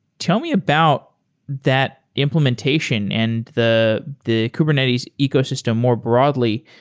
tell me about that imp lementation and the the kubernetes ecosystem more broadly.